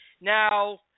Now